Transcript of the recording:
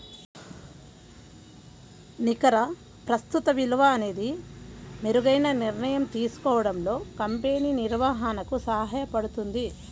నికర ప్రస్తుత విలువ అనేది మెరుగైన నిర్ణయం తీసుకోవడంలో కంపెనీ నిర్వహణకు సహాయపడుతుంది